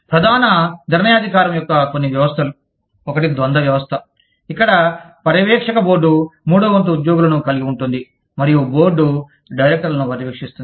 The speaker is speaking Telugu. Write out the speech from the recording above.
ప్రధాన నిర్ణయాధికారం యొక్క కొన్ని వ్యవస్థలు ఒకటి ద్వంద్వ వ్యవస్థ ఇక్కడ పర్యవేక్షక బోర్డు మూడవ వంతు ఉద్యోగులను కలిగి ఉంటుంది మరియు బోర్డు డైరెక్టర్లను పర్యవేక్షిస్తుంది